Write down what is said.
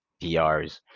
prs